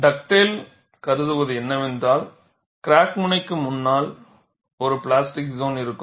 Dugdale கருதுவது என்னவென்றால் crack முனைக்கு முன்னால் ஒரு பிளாஸ்டிக் சோன் இருக்கும்